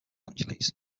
angeles